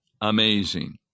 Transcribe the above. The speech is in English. amazing